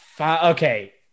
Okay